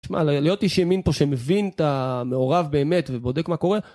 תשמע, להיות איש ימין פה שמבין אתה מעורב באמת ובודק מה קורה